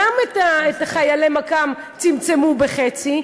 גם לחיילי מקא"ם צמצמו בחצי,